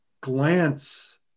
glance